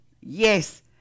yes